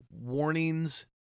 warnings